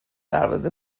دروازه